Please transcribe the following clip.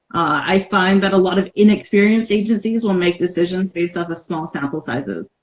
i find that a lot of inexperienced agencies will make decisions based off a small sample sizes